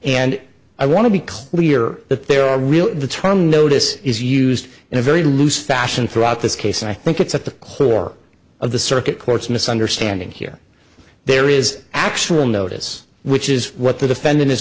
and i want to be clear that there are real the term notice is used in a very loose fashion throughout this case and i think it's at the horror of the circuit courts misunderstanding here there is actual notice which is what the defendant is